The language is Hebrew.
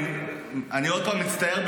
אני עוד פעם מצטער,